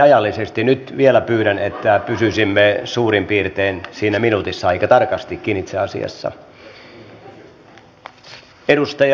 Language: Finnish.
nyt vielä pyydän että pysyisimme suurin piirtein siinä minuutissa aika tarkastikin itse asiassa